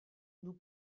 nous